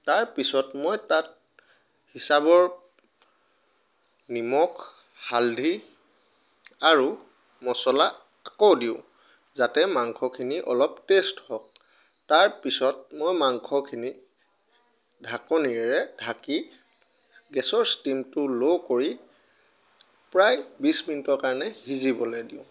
তাৰ পিছত মই তাত হিচাপৰ নিমখ হালধি আৰু মছলা আকৌ দিওঁ যাতে মাংসখিনি অলপ টেষ্ট হওক তাৰ পিছত মই মাংসখিনিত ঢাকনিৰে ঢাকি গেছৰ ষ্টিমটো ল' কৰি প্ৰায় বিছ মিনিটৰ কাৰণে সিজিবলৈ দিও